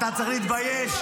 אתה צריך להתבייש,